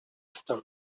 stones